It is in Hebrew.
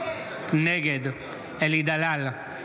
נגד אלי דלל,